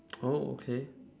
oh okay